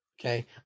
Okay